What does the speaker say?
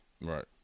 Right